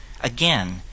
Again